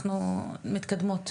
אנחנו מתקדמות.